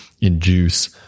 induce